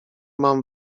mam